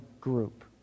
group